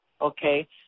Okay